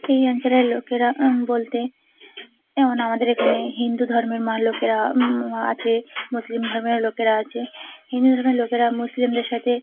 এই অঞ্চলের লোকেরা বলতে যেমন আমাদের এখানে হিন্দু ধর্মের মা লোকেরা আছে মুসলিম ধর্মের লোকেরা আছে হিন্দু ধর্মের লোকেরা মুসলিমদের সাথে